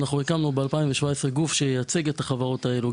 הקמנו ב-2017 גוף שייצג את החברות האלה,